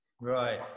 Right